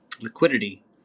liquidity